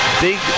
big